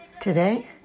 Today